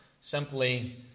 simply